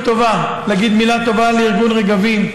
טובה להגיד מילה טובה לארגון רגבים,